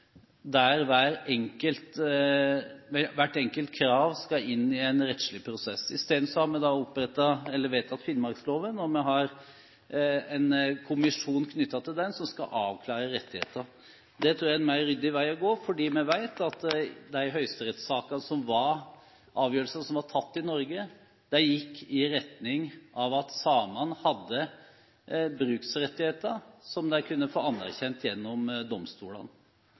der hvert enkelt krav skal inn i en rettslig prosess. Isteden har man vedtatt finnmarksloven, og vi har en kommisjon knyttet til den som skal avklare rettighetene. Det tror jeg er en mer ryddig vei å gå, for vi vet at de avgjørelsene som ble tatt i Høyesterett i Norge, gikk i retning av at samene hadde bruksrettigheter som de kunne fått anerkjent gjennom domstolene.